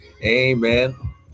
Amen